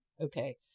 okay